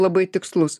labai tikslus